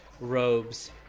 robes